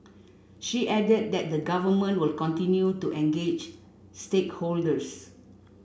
she added that the Government will continue to engage stakeholders